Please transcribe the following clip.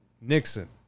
Nixon